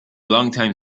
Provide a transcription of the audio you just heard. longtime